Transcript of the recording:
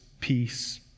peace